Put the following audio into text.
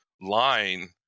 line